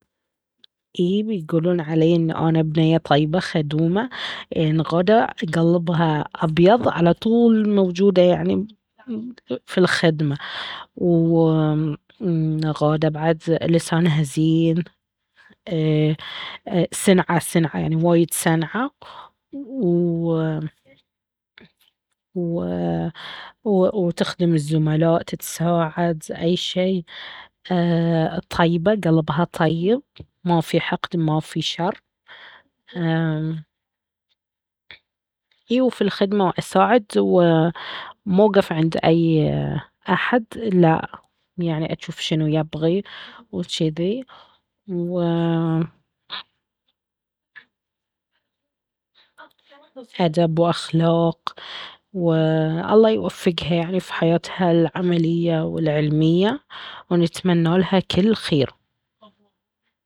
اي بيقولون علي ان انا بنية طيبة خدومة ان غادة قلبها ابيض على طول موجودة يعني في الخدمة واممم اه وغادة بعد لسانها زين ايه سنعة سنعة وايد سنعة واممم ايه وتخدم الزملاء تتساعد اي شي اييه طيبة قلبها طيب مافي حقد مافي شر همم ايه في الخدمة واساعد ايه مااوقف عند اي احد الا يعني اجوف شنو يبغي وجذي واممم ادب واخلاق والله يوفقها يعني في حياتها العملية والعلمية ونتمنى لها كل خير